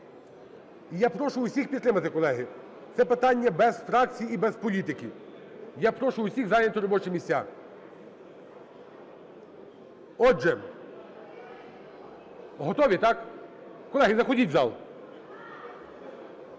Я прошу усіх підтримати, колеги, це питання без фракцій і без політики. Я прошу усіх зайняти робочі місця. Отже, готові, так? Колеги, заходіть в зал.